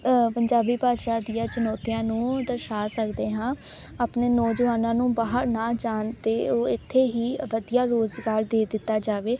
ਪੰਜਾਬੀ ਭਾਸ਼ਾ ਦੀਆਂ ਚੁਣੌਤੀਆਂ ਨੂੰ ਦਰਸਾ ਸਕਦੇ ਹਾਂ ਆਪਣੇ ਨੌਜਵਾਨਾਂ ਨੂੰ ਬਾਹਰ ਨਾ ਜਾਣ ਅਤੇ ਉਹ ਇੱਥੇ ਹੀ ਵਧੀਆ ਰੁਜ਼ਗਾਰ ਦੇ ਦਿੱਤਾ ਜਾਵੇ